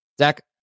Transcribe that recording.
Zach